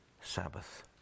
Sabbath